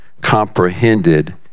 comprehended